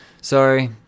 Sorry